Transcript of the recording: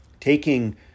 taking